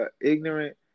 ignorant